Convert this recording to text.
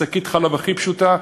שקית חלב הכי פשוטה,